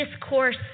Discourse